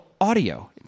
audio